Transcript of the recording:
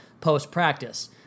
post-practice